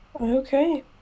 Okay